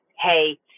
Hey